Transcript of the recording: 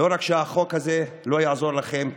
לא רק שהחוק הזה לא יעזור לכם,